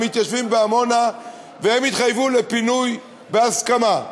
למתיישבים בעמונה והם התחייבו לפינוי בהסכמה.